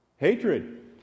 Hatred